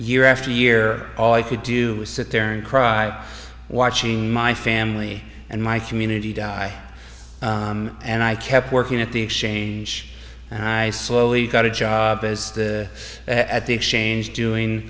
year after year all i could do was sit there and cry watching my family and my community die and i kept working at the exchange and i slowly got a job as at the exchange doing